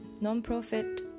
non-profit